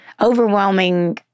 overwhelming